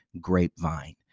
grapevine